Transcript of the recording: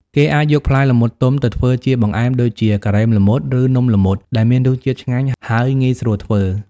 គេអាចយកផ្លែល្មុតទុំទៅធ្វើជាបង្អែមដូចជា ការ៉េមល្មុត ឬ នំល្មុត ដែលមានរសជាតិឆ្ងាញ់ ហើយងាយស្រួលធ្វើ។